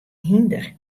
hynder